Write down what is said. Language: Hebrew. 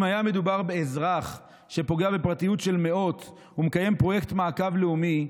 אם היה מדובר באזרח שפוגע בפרטיות של מאות ומקיים פרויקט מעקב לאומי,